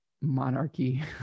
monarchy